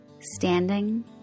Standing